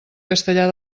castellar